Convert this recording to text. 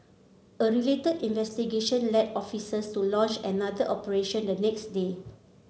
a related investigation led officers to launch another operation the next day